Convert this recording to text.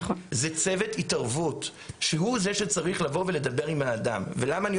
זה צוות התערבות שהוא זה שצריך לבוא ולדבר עם האדם.